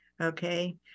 Okay